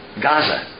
Gaza